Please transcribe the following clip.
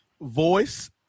voice